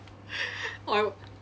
I